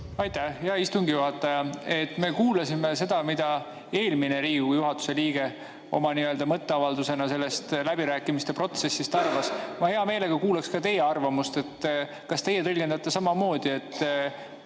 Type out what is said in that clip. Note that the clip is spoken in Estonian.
Aitäh, hea istungi juhataja! Me kuulasime seda, mida eelmine Riigikogu juhatuse liige oma mõtteavaldusena sellest läbirääkimiste protsessist arvas. Ma hea meelega kuulaksin ka teie arvamust. Kas teie tõlgendate samamoodi, et